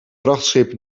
vrachtschip